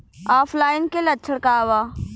ऑफलाइनके लक्षण क वा?